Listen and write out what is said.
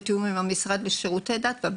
המשרד לשירותי דת ועוד.